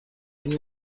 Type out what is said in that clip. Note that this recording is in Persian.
این